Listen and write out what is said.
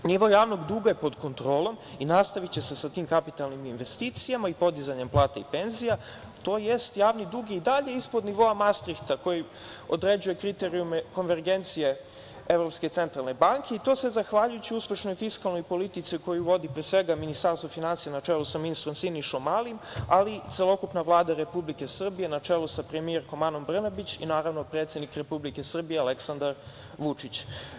Nivo javnog duga je pod kontrolom i nastaviće se sa tim kapitalnim investicijama i podizanjem plata i penzija tj. javni dug je i dalje ispod nivoa Mastrihta koji određuje kriterijume konvergencije Evropske centralne banke i to sve zahvaljujući uspešnoj fiskalnoj politici koju vodi pre svega Ministarstvo finansija, na čelu sa ministrom Sinišom Mali, ali i celokupna Vlada Republike Srbije, na čelu sa premijerkom Anom Brnabić i naravno predsednik Republike Srbije, Aleksandar Vučić.